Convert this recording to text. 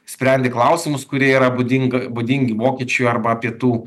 sprendi klausimus kurie yra būdinga būdingi vokiečiui arba pietų